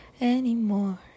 anymore